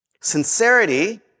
Sincerity